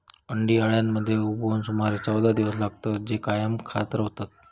अंडी अळ्यांमध्ये उबवूक सुमारे चौदा दिवस लागतत, जे कायम खात रवतत